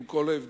עם כל ההבדלים,